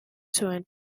zuen